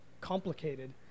complicated